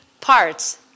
parts